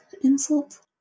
Insult